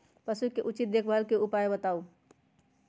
पशु के उचित देखभाल के उपाय बताऊ?